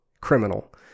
criminal